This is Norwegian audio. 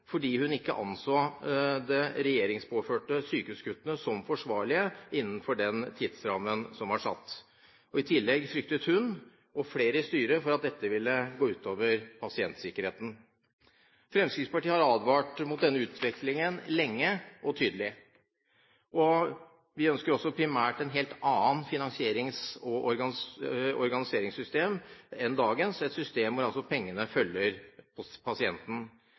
fordi hun ikke anså de regjeringspåførte sykehuskuttene som forsvarlige innenfor den tidsrammen som var satt. I tillegg fryktet hun og flere i styret for at dette ville gå ut over pasientsikkerheten. Fremskrittspartiet har advart mot denne utviklingen lenge og tydelig. Vi ønsker også primært et helt annet finansierings- og organiseringssystem enn dagens, vi ønsker et system hvor pengene følger pasienten.